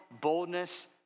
boldness